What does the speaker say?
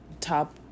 top